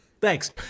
Thanks